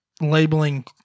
labeling